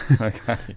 Okay